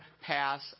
pass